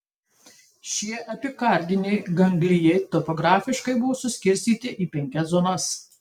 šie epikardiniai ganglijai topografiškai buvo suskirstyti į penkias zonas